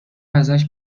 ازش